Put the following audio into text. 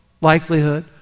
likelihood